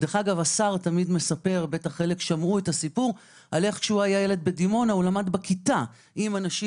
השר תמיד מספר על איך שהיה ילד בדימונה ולמד בכיתה עם אנשים